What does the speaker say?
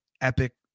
epic